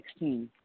2016